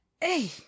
Hey